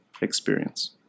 experience